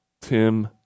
Tim